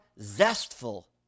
zestful